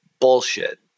Bullshit